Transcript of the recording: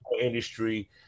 industry